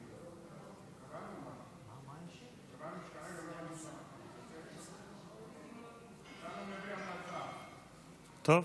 טוב.